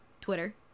Twitter